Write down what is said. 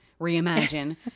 reimagine